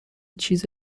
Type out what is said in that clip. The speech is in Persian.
چیز